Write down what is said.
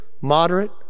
moderate